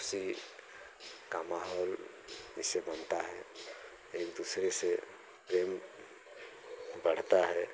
खुशी का माहौल इससे बनता है एक दूसरे से प्रेम बढ़ता है